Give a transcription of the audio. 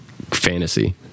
fantasy